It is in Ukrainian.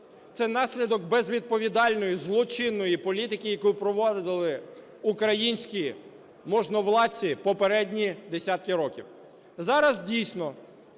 це наслідок безвідповідальної, злочинної політики, яку проводили українські можновладці попередні десятки років.